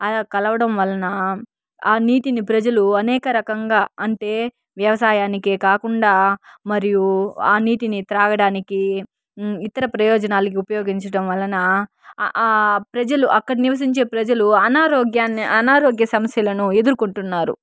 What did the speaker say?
అలా కలవడం వలన ఆ నీటిని ప్రజలు అనేక రకంగా అంటే వ్యవసాయానికే కాకుండా మరియు ఆ నీటిని త్రాగడానికి ఇతర ప్రయోజనాలకు ఉపయోగించడం వలన ప్రజలు అక్కడ నివసించే ప్రజలు అనారోగ్యాన్ని అనారోగ్య సమస్యలను ఎదుర్కొంటున్నారు